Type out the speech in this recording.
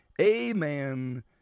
amen